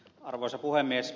arvoisa puhemies